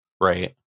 Right